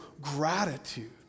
gratitude